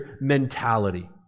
mentality